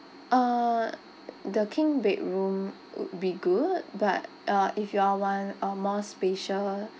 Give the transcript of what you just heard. uh the king bedroom would be good but uh if you all want a more spatial